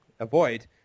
avoid